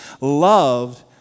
loved